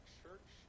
church